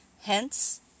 Hence